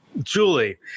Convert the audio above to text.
Julie